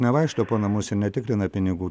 nevaikšto po namus ir netikrina pinigų